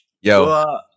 Yo